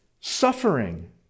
suffering